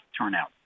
turnout